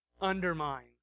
undermine